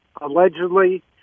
allegedly